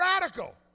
radical